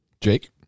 Jake